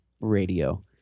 radio